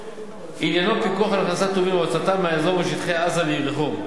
עניינו פיקוח על הכנסת טובין והוצאתם מהאזור ומשטחי עזה ויריחו,